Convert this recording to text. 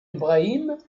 ibrahim